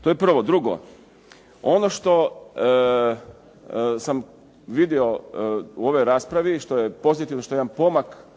To je prvo. Drugo. Ono što sam vidio u ovoj raspravi i što je pozitivno, što je jedan pomak